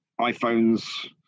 iPhones